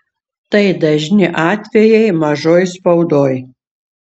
tai dažni atvejai mažoj spaudoj